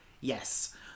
yes